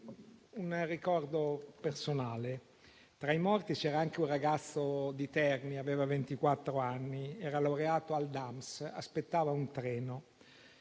Un ricordo personale. Tra i morti c'era anche un ragazzo di Terni, aveva ventiquattro anni, era laureato al DAMS e aspettava un treno: